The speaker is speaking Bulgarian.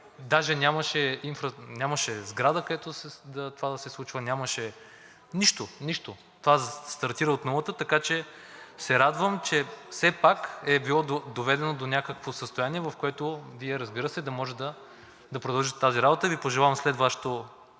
даже нямаше сграда, където това да се случва, нямаше нищо. Нищо! Това стартира от нулата, така че се радвам, че все пак е било доведено до някакво състояние, в което Вие, разбира се, да може да продължете тази работа